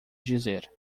dizer